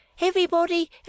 Everybody